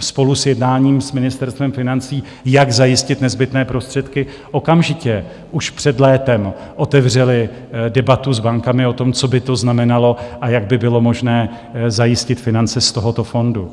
spolu s jednáním s Ministerstvem financí, jak zajistit nezbytné prostředky, okamžitě už před létem otevřeli debatu s bankami o tom, co by to znamenalo a jak by bylo možné zajistit finance z tohoto fondu.